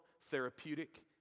therapeutic